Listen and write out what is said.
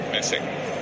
Missing